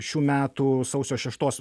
šių metų sausio šeštos